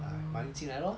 oh